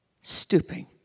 stooping